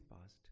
past